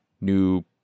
new